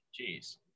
Jeez